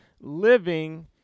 living